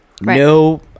No